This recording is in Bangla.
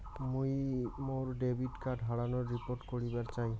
মুই মোর ডেবিট কার্ড হারানোর রিপোর্ট করিবার চাই